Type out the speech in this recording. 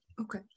Okay